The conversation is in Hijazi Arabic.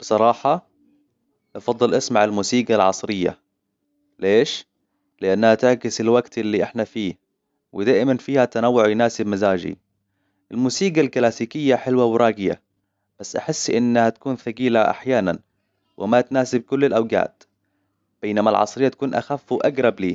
بصراحة، أفضل أسمع الموسيقى العصرية. ليش؟ لأنها تعكس الوقت اللي إحنا فيهودائماً فيها تنوع يناسب مزاجي. الموسيقى الكلاسيكية حلوة وراقية، بس أحس إنها تكون ثقيلة أحياناً، وما تناسب كل الأوقات. بينما العصرية تكون أخف وأقرب لي.